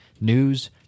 news